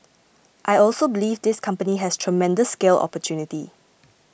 I also believe this company has tremendous scale opportunity